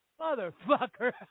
Motherfucker